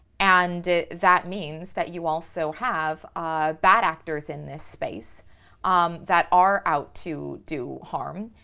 and that means that you also have ah bad actors in this space um that are out to do harm.